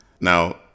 Now